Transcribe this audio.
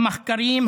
המחקרים,